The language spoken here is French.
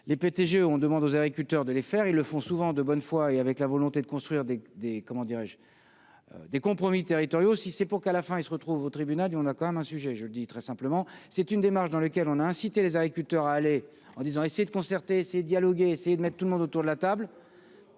jeux, on demande aux agriculteurs de les faire, ils le font souvent de bonne foi et avec la volonté de construire des, des, comment dirais-je, des compromis territoriaux, si c'est pour qu'à la fin, ils se retrouve au tribunal et on a quand même un sujet, je le dis très simplement, c'est une démarche dans lequel on a incité les agriculteurs à aller en disant : essayer de concerter, c'est dialoguer et essayer de mettre tout le monde autour de la table